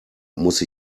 muss